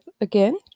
again